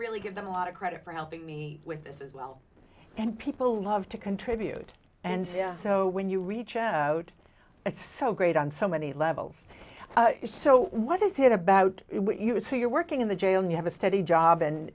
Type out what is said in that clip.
really give them a lot of credit for helping me with this as well and people love to contribute and so when you reach out it's so great on so many levels so what is it about what you would say you're working in the jail you have a steady job and